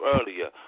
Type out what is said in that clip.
earlier